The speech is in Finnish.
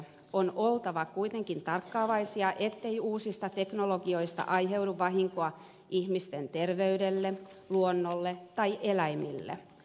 meidän on oltava kuitenkin tarkkaavaisia ettei uusista teknologioista aiheudu vahinkoa ihmisten terveydelle luonnolle tai eläimille